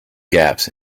gaps